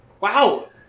Wow